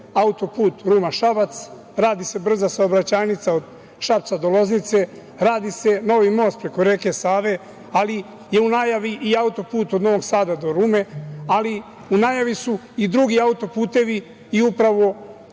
auto-put Ruma-Šabac, radi se brza saobraćajnica od Šapca do Loznice, radi se novi most preko reke Savi, ali je u najavi i auto-put od Novog Sada do Rume. U najavi su i drugi auto-putevi i upravo